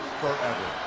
forever